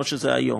כמו שזה היום,